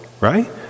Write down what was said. right